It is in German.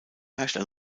herrscht